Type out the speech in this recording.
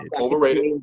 Overrated